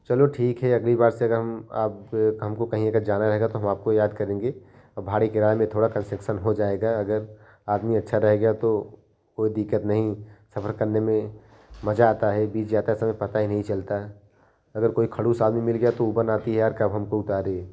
चलो ठीक है अगली बार से हम आपको हमको कहीं अगर जाना रहेगा तो हम आपको याद करेंगे और भाड़े किराए में थोड़ा कनसेक्सन हो जाएगा अगर आदमी अच्छा रहेगा तो कोई दिक्कत नहीं सफर करने में मज़ा आता है बीत जाता है समय पता ही नहीं चलता अगर कोई खडूस आदमी मिल जाए तो उबन आती है यार कब हमको उतारे